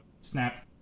snap